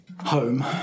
home